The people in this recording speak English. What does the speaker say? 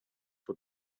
for